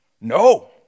No